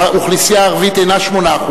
האוכלוסייה הערבית אינה 8%,